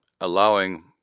allowing